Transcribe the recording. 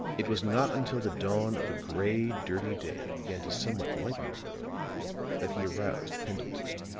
it was not until the dawn of a gray, dirty day began to somewhat lighten the room that he aroused pendleton.